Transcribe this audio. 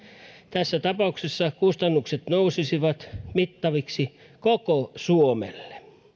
tässä tapauksessa kustannukset nousisivat mittaviksi koko suomelle